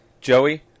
Joey